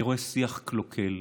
אני רואה שיח קלוקל.